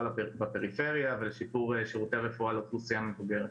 בפריפריה ולשיפור שירותי הרפואה לאוכלוסיה המבוגרת.